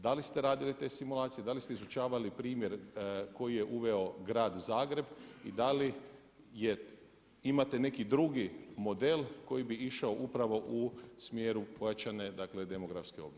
Da li ste radili te simulacije, da li ste izučavali primjer koji je uveo Grad Zagreb i da li imate neki drugi model koji bi išao upravo u smjeru pojačane demografske obnove?